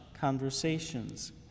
conversations